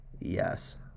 yes